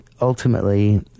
ultimately